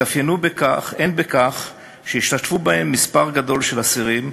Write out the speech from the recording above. התאפיינו הן בכך שהשתתפו בהן מספר גדול של אסירים,